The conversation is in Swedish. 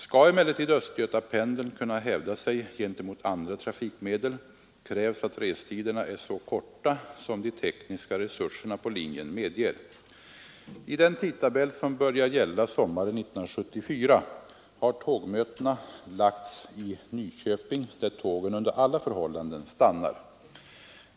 Skall emellertid Östgötapendeln kunna hävda sig gentemot andra trafikmedel krävs att restiderna är så korta som de tekniska resurserna på linjen medger. I den tidtabell som börjar gälla sommaren 1974 har tågmötena lagts i Nyköping, där tågen under alla förhållanden stannar.